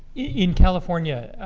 in california,